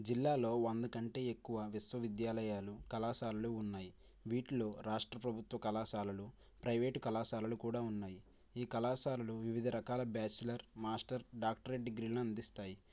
జిల్లాలో వంద కంటే ఎక్కువ విశ్వ విద్యాలయాలు కళాశాలలు ఉన్నాయి వీటిలో రాష్ట్ర ప్రభుత్వ కళాశాలలు ప్రైవేట్ కళాశాలలు కూడా ఉన్నాయి ఈ కళాశాలలు వివిధ రకాల బ్యాచిలర్ మాస్టర్ డాక్టరేట్ డిగ్రీను అందిస్తాయి